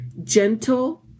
Gentle